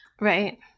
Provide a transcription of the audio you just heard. right